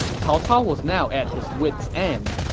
cao cao was now at his wit's end.